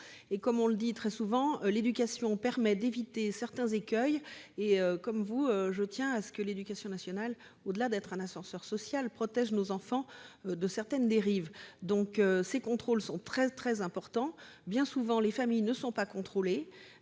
Comme on le dit très souvent, l'éducation permet d'éviter certains écueils. Comme vous, je tiens à ce que l'éducation nationale, au-delà de sa fonction d'ascenseur social, protège nos enfants de certaines dérives. Ces contrôles sont très importants. Or, bien souvent, les familles ne sont pas contrôlées.